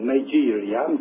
Nigeria